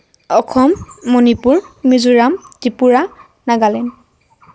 Assam Manipur Mizoram Tripura Nagaland